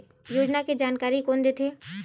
योजना के जानकारी कोन दे थे?